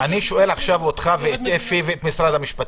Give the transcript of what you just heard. אני שואל אותך ואת אפי ואת משרד המשפטים: